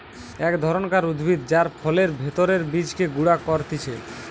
এক ধরণকার উদ্ভিদ যার ফলের ভেতরের বীজকে গুঁড়া করতিছে